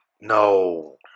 No